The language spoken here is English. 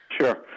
Sure